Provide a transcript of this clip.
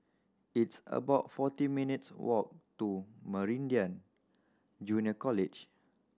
it's about forty minutes' walk to Meridian Junior College